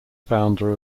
founder